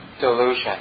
delusion